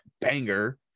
banger